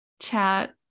chat